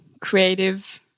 creative